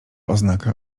oznaka